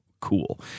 cool